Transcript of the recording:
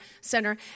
center